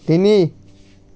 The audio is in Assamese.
তিনি